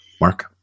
Mark